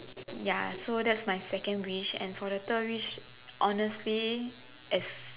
ya so that's my second wish and for the third wish honestly if